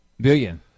Billion